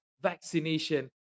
vaccination